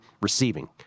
receiving